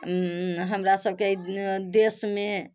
हमरा सबके देशमे